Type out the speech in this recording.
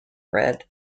bread